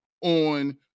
on